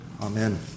Amen